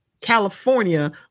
California